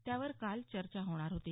त्यावर काल चर्चा होणार होती